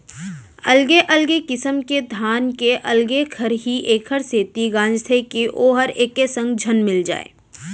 अलगे अलगे किसम के धान के अलगे खरही एकर सेती गांजथें कि वोहर एके संग झन मिल जाय